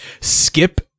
skip